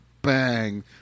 bang